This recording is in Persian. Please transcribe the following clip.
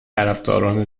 طرفداران